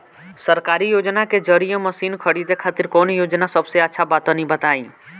सरकारी योजना के जरिए मशीन खरीदे खातिर कौन योजना सबसे अच्छा बा तनि बताई?